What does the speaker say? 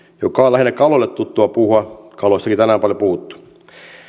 joka on lähinnä kaloille tuttua puuhaa kaloistakin tänään on paljon puhuttu